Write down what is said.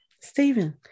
Stephen